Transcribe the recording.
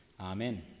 Amen